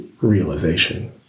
realization